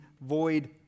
void